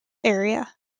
area